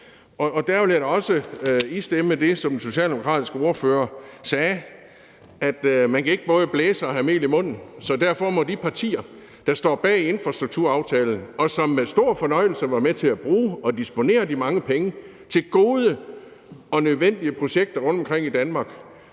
Der vil jeg istemme det, som den socialdemokratiske ordfører sagde, altså at man ikke både kan blæse og have mel i munden. Så derfor må de partier, der står bag infrastrukturaftalen, og som med stor fornøjelse var med til at bruge og disponere de mange penge til gode og nødvendige projekter rundtomkring i Danmark,